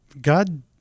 god